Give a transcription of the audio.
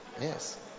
yes